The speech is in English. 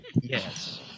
yes